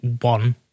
one